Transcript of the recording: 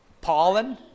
pollen